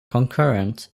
concurrent